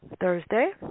Thursday